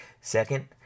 Second